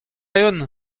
eeun